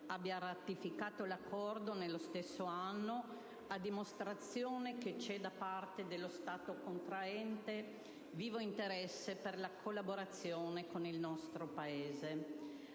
abbia ratificato l'accordo nello stesso anno, a dimostrazione che c'è da parte dello Stato contraente vivo interesse per la collaborazione con il nostro Paese.